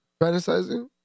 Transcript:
Fantasizing